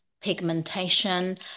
pigmentation